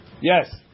Yes